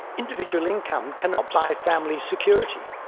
individual income cannot buy family security,